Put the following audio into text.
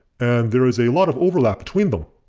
and there is a lot of overlap between them.